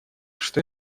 что